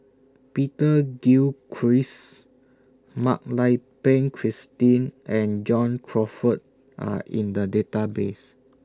Peter Gilchrist Mak Lai Peng Christine and John Crawfurd Are in The Database